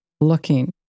looking